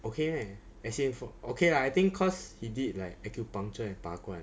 okay meh as in for okay lah I think cause he did like acupuncture and 拔罐